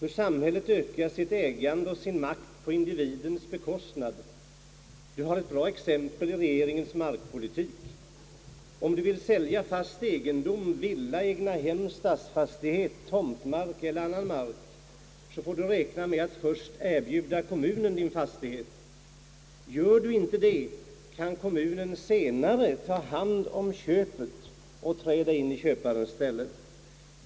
Hur samhället ökar sitt ägande och sin makt på individens bekostnad? Du har ett bra exempel i regeringens markpolitik. Om du vill sälja fast egendom — villa, egnahem, stadsfastighet, tomtmark eller annan mark — så får du räkna med att först erbjuda kommunen din fastighet. Gör du inte det kan kommunen senare ”ta hand om köpet” och träda in i köparens ställe.